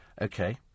Okay